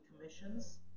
commissions